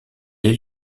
est